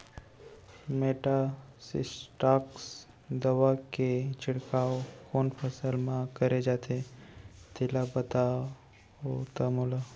Metasystox दवा के छिड़काव कोन फसल म करे जाथे तेला बताओ त मोला?